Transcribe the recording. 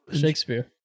Shakespeare